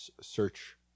search